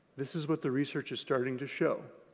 this is what the research is starting to show.